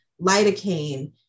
lidocaine